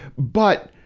but,